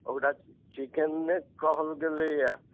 ओकरा chicken net कहल गेलैए